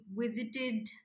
visited